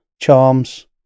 Charms